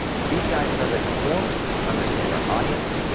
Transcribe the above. deep dive survey before to understand our audience.